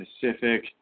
pacific